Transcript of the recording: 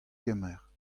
kemer